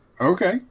Okay